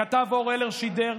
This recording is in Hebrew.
הכתב אור הלר שידר.